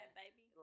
baby